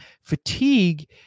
Fatigue